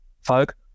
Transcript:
Falk